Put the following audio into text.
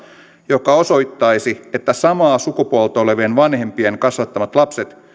joka osoittaisi että samaa sukupuolta olevien vanhempien kasvattamat lapset